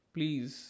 Please